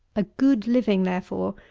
a good living therefore,